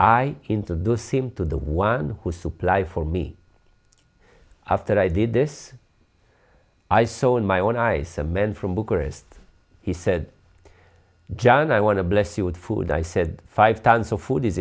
i introduce him to the one who supply for me after i did this i saw in my own eyes cement from bucharest he said john i want to bless you with food i said five pounds of food is